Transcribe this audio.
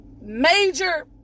major